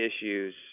issues